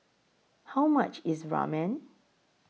How much IS Ramen